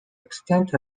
extent